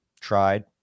tried